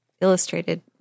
illustrated